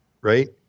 right